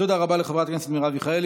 תודה רבה לחברת הכנסת מרב מיכאלי.